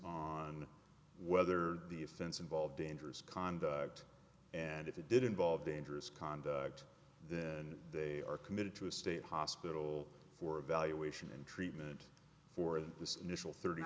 on whether the offense involved dangerous conduct and if it did involve dangerous conduct then they are committed to a state hospital for evaluation and treatment for the initial thirty